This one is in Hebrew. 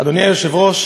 אדוני היושב-ראש,